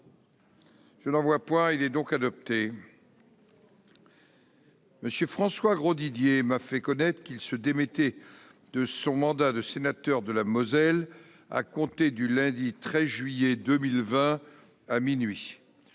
Le procès-verbal est adopté. M. François Grosdidier m'a fait connaître qu'il se démettait de son mandat de sénateur de la Moselle à compter du lundi 13 juillet 2020, à minuit.